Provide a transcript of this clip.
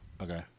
Okay